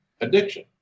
addiction